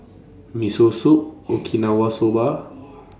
Miso Soup Okinawa Soba